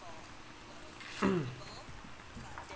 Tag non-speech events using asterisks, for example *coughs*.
*coughs*